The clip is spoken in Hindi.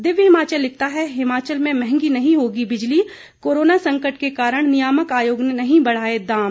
दिव्य हिमाचल लिखता है हिमाचल में मंहगी नहीं होगी बिजली कोरोना संकट के कारण नियामक आयोग ने नहीं बढ़ाये दाम